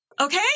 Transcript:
Okay